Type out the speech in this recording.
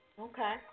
Okay